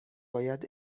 باید